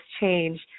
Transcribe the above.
change